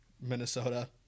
minnesota